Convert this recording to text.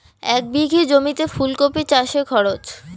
এক বিঘে জমিতে ফুলকপি চাষে খরচ?